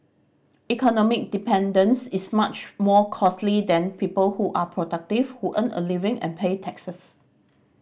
economic dependence is much more costly than people who are productive who earn a living and pay taxes